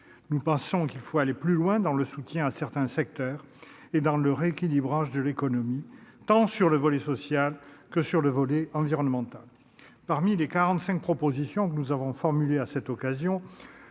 Nous pensons qu'il faut aller plus loin dans le soutien à certains secteurs et dans le rééquilibrage de l'économie, tant sur le volet social que sur le volet environnemental. Des quarante-cinq propositions que nous avons formulées à cette occasion,